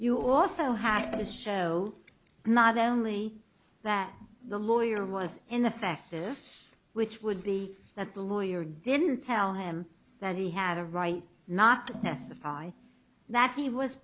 you also have to show not only that the lawyer was in affective which would be that the lawyer didn't tell him that he had a right not to testify that he was